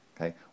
Okay